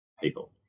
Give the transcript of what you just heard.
people